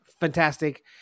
fantastic